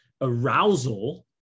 arousal